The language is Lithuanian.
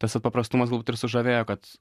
tas vat paprastumas galbūt ir sužavėjo kad